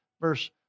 verse